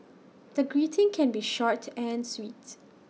the greeting can be short and sweet